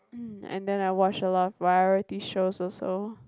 mm and then I watch a lot of variety shows also